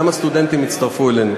גם הסטודנטים הצטרפו אלינו.